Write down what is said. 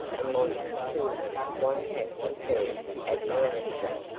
and monty's coolness won captain perry's admiration.